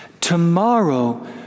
tomorrow